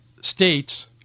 states